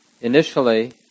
initially